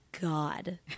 God